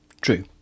True